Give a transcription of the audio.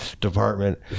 department